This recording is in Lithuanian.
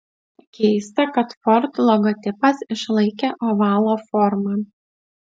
keista kad ford logotipas išlaikė ovalo formą